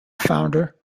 founder